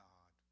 God